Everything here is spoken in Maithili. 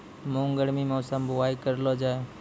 मूंग गर्मी मौसम बुवाई करलो जा?